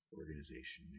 organization